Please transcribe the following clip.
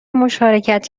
مشارکت